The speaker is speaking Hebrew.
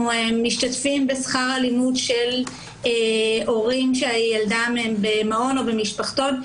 אנחנו משתתפים בשכר הלימוד של הורים שילדם הוא במעון או במשפחתון,